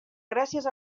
gràcies